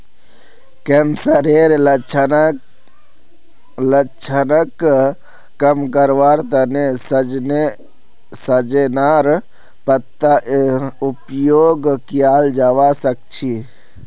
कैंसरेर लक्षणक कम करवार तने सजेनार पत्तार उपयोग कियाल जवा सक्छे